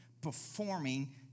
performing